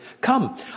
Come